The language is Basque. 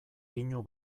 pinu